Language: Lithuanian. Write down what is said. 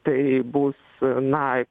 tai bus na